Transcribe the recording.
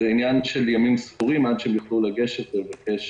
זה עניין של ימים ספורים עד שהם יוכלו לגשת ולבקש